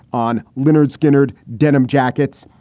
on lynard skittered denim jackets.